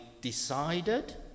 decided